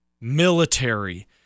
military